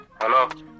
Hello